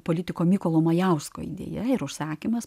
politiko mykolo majausko idėja ir užsakymas